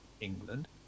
England